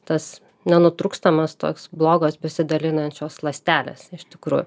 tas nenutrūkstamas toks blogas besidalinančios ląstelės iš tikrųjų